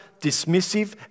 dismissive